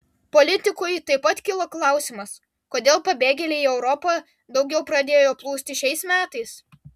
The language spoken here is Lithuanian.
politikui taip pat kilo klausimas kodėl pabėgėliai į europą daugiau pradėjo plūsti šiais metais